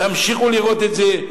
תמשיכו לראות את זה,